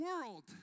world